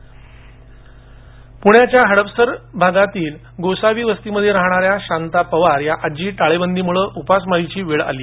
पुणे पूण्याच्या हड़पसर भागात गोसावी वस्तीमध्ये रहणाऱ्या शांता पवार या आजीवर टाळेबदीमुळे उपासमारीची वेळ आली